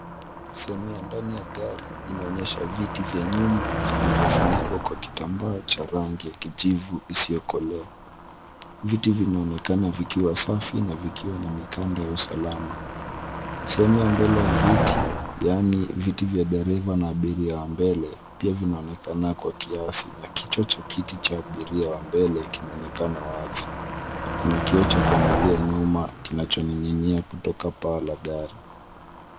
Sehemu ya ndani ya gari inaonyesha viti vya nyuma vilivyofunikwa kwa kitambaa cha rangi ya kijivu isiyokolea. Viti vinaonekana vikiwa safi na vikiwa na mikanda ya usalama. Sehemu ya mbele ya viti, yaani viti vya dereva na abiria wa mbele pia vinaonekana kwa kiasi na kichwa cha kiti cha abiria wa mbele, kinaonekana wazi. Kuna kioo cha kuangalia nyuma kinachoning'inia kutoka paa la gari.